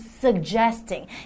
suggesting